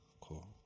Cool